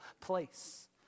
place